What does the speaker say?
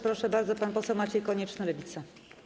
Proszę bardzo, pan poseł Maciej Konieczny, Lewica.